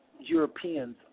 Europeans